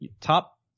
top—